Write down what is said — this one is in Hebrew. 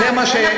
זה נכון,